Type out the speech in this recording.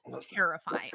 terrifying